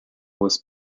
was